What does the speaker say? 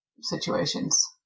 situations